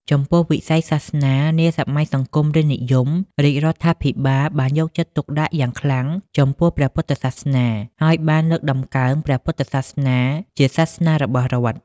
ចំពោះ វិស័យសាសនា នាសម័យសង្គមរាស្ត្រនិយម រាជរដ្ឋាភិបាលបានយកចិត្តទុកដាក់យ៉ាងខ្លាំងចំពោះព្រះពុទ្ធសាសនា ហើយបាន លើកតម្កើងព្រះពុទ្ធសាសនាជាសាសនារបស់រដ្ឋ។